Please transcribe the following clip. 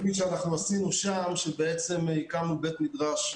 בתוכנית שאנחנו עשינו שם, בעצם הקמנו בית מדרש.